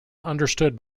understood